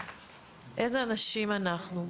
אילו אנשים אנחנו?